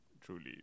truly